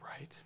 right